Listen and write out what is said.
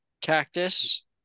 Cactus